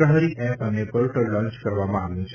પ્રહરી app અને portal launch કરવામાં આવ્યું છે